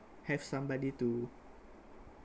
have somebody to